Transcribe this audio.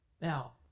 Now